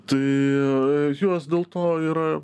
tai juos dėl to yra